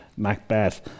Macbeth